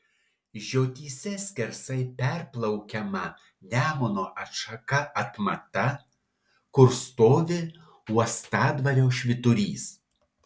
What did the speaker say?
žiotyse skersai perplaukiama nemuno atšaka atmata kur stovi uostadvario švyturys